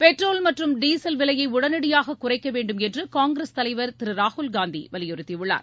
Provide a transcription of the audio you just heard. petrol மற்றும் diesel விலையை உடனடியாக குறைக்க வேண்டும் என்று காங்கிரஸ் தலைவர் திரு ராகுல்காந்தி வலியுறுத்தி உள்ளார்